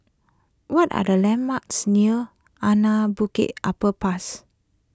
what are the landmarks near Anak Bukit Upper pass